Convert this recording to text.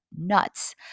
nuts